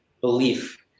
belief